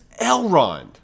Elrond